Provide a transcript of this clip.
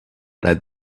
that